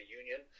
union